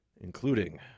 including